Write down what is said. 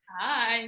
Hi